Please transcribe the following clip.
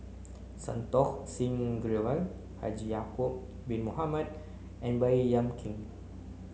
Santokh Singh Grewal Haji Ya'acob bin Mohamed and Baey Yam Keng